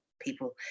people